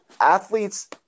athletes